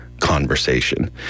Conversation